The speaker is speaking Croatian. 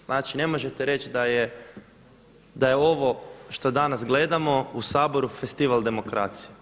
Znači, ne možete reći da je ovo što danas gledamo u Saboru festival demokracije.